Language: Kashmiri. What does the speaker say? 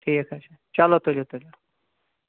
ٹھیٖک حظ چھُ چلو تُلِو تُلِو